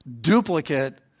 duplicate